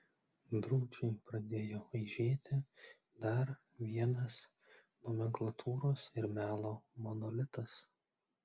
drūčiai pradėjo aižėti dar vienas nomenklatūros ir melo monolitas